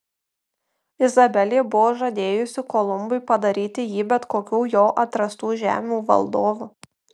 izabelė buvo žadėjusi kolumbui padaryti jį bet kokių jo atrastų žemių valdovu